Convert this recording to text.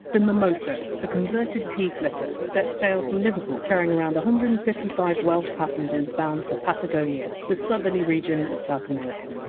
the mimosa, a converted tea clipper, set sail from liverpool carrying around one hundred and fifty five welsh passengers bound for patagonia, the southerly region of south america.